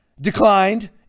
declined